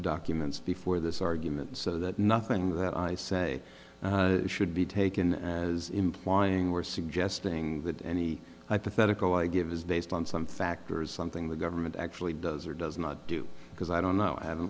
documents before this argument so that nothing that i say should be taken as implying we're suggesting that any hypothetical i give is dazed on some factors something the government actually does or does not do because i don't know i haven't